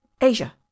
Asia